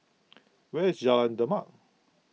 where is Jalan Demak